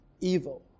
evil